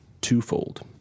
Twofold